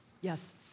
Yes